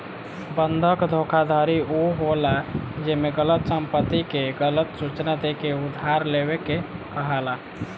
बंधक धोखाधड़ी उ होला जेमे गलत संपत्ति के गलत सूचना देके उधार लेवे के कहाला